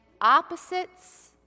opposites